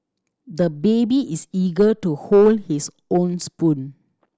the baby is eager to hold his own spoon